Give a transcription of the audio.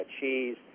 cheese